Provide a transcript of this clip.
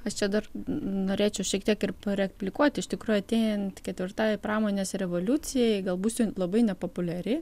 aš čia dar norėčiau šiek tiek ir pareplikuot iš tikrųjų artėjant ketvirtajai pramonės revoliucijai gal būsiu labai nepopuliari